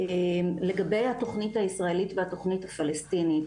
לגבי התכנית הישראלית והתכנית הפלסטינית,